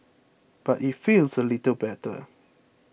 but it feels a little better